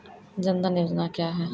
जन धन योजना क्या है?